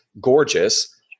gorgeous